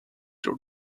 your